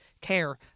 care